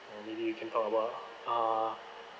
uh maybe you can talk about uh